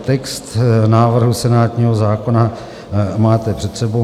Text návrhu senátního zákona máte před sebou.